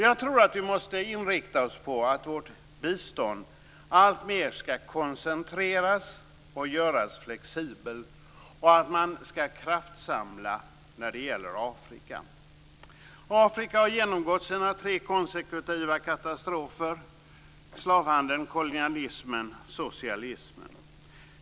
Jag tror att vi måste inrikta oss på att vårt bistånd alltmer ska koncentreras och göras flexibelt och att man ska kraftsamla när det gäller Afrika. Afrika har genomgått sina tre konsekutiva katastrofer: slavhandeln, kolonialismen och socialismen.